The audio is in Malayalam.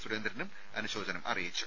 സുരേന്ദ്രനും അനുശോചനം അറിയിച്ചു